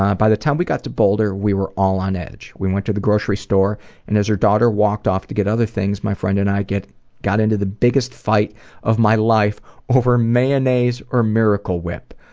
ah by the time we got to boulder we were all on edge. we went to the grocery store and as her daughter walked off to get other things my friend and i got into the biggest fight of my life over mayonnaise or miracle whip.